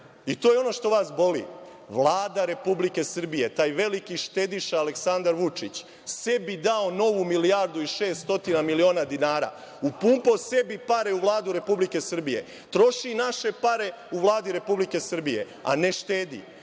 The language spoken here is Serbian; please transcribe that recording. i to je ono što vas boli. Vlada Republike Srbije, taj veliki štediša, Aleksandar Vučić, sebi dao novu milijardu i 600 miliona dinara, upumpao sebi pare u Vladu Republike Srbije. Troši naše pare u Vladi Republike Srbije, a ne štedi,